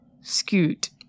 scoot